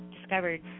discovered